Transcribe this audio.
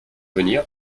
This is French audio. venir